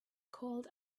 called